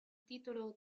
titolo